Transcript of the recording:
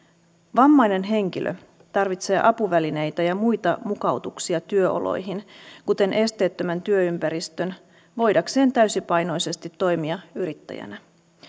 vammainen henkilö tarvitsee apuvälineitä ja muita mukautuksia työoloihin kuten esteettömän työympäristön voidakseen täysipainoisesti toimia yrittäjänä